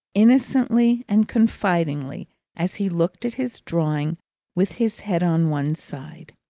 innocently, and confidingly as he looked at his drawing with his head on one side,